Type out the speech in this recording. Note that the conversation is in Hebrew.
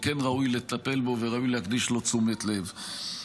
וכן ראוי לטפל בו וראוי להקדיש לו תשומת לב.